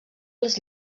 les